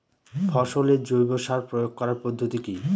ফসলে জৈব সার প্রয়োগ করার পদ্ধতি কি?